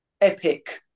epic